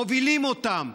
מובילים אותם.